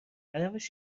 هدفش